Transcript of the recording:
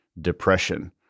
depression